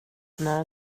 när